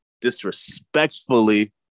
disrespectfully